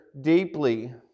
deeply